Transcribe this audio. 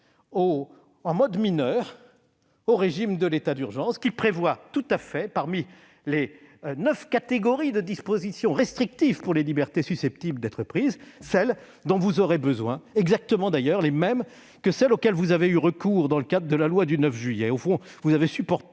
en mode mineur, au régime de l'état d'urgence, qui prévoit tout à fait, parmi les neuf catégories de dispositions restrictives pour les libertés susceptibles d'être prises, celles dont vous aurez besoin. Elles sont, d'ailleurs, exactement les mêmes que celles auxquelles vous avez eu recours dans le cadre de la loi du 9 juillet.